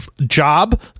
job